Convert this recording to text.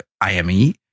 IME